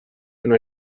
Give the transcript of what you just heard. una